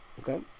Okay